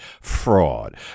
fraud